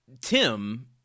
Tim